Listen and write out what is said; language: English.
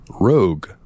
rogue